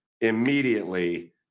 immediately